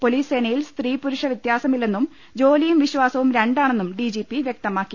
police സേനയിൽ സ്ത്രീ പുരുഷ വ്യത്യാസമില്ലെന്നും ജോലിയും വിശ്വാസവും രണ്ടാണെന്നും ഡി ജി പി വ്യക്തമാക്കി